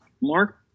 Mark